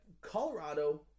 Colorado